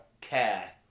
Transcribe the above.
care